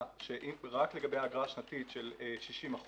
שהיא רק לגבי האגרה השנתית של 60%,